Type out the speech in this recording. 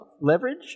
Leverage